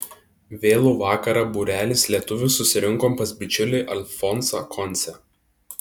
vėlų vakarą būrelis lietuvių susirinkom pas bičiulį alfonsą koncę